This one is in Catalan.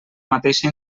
mateixa